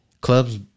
Clubs